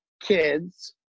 kids